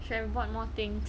should've bought more things